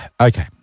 Okay